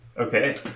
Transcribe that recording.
Okay